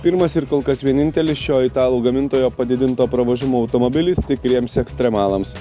pirmas ir kol kas vienintelis šio italų gamintojo padidinto pravažumo automobilis tikriems ekstremalams